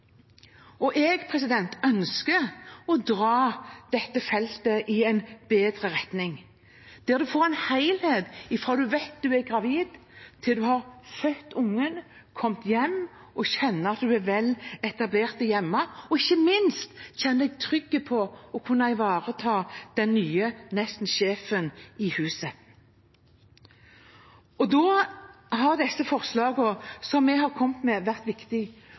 Jeg ønsker å dra dette feltet i en bedre retning, der vi får en helhet – fra en vet at en er gravid, til en har født ungen, kommet hjem og kjenner at en er vel etablert hjemme, og ikke minst kjenner seg trygg på å kunne ivareta den nye nesten sjefen i huset. Da har disse forslagene som vi har kommet med, vært